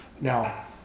Now